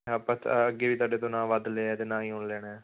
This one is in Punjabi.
ਆਪਾਂ ਤਾਂ ਅੱਗੇ ਵੀ ਤੁਹਾਡੇ ਤੋਂ ਨਾ ਵੱਧ ਲਿਆ ਤੇ ਨਾ ਈ ਹੁਣ ਲੈਣਾ